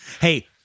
Hey